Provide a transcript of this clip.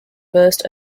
first